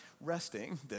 resting